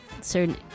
certain